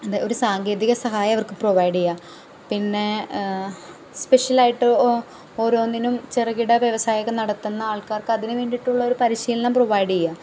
ഇത് ഒരു സാങ്കേതിക സഹായം അവർക്ക് പ്രൊവൈഡ് ചെയ്യാം പിന്നേ സ്പെഷ്യലായിട്ട് ഓരോന്നിനും ചെറുകിട വ്യവസായകം നടത്തുന്ന ആൾക്കാർക്ക് അതിന് വേണ്ടിയിട്ടുള്ള ഒരു പരിശീലനം പ്രൊവൈഡ് ചെയ്യുക